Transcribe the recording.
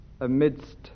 amidst